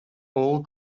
all